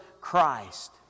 Christ